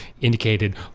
indicated